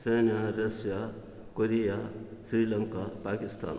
China Russia Korea Sri Lanka Pakistan